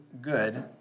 good